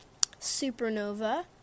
Supernova